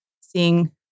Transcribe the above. seeing